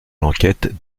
l’enquête